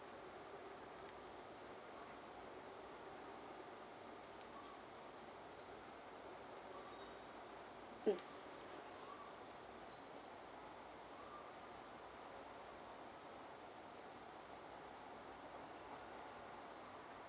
mm